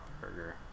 burger